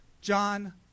John